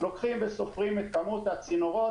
לוקחים וסופרים את כמות הצינורות,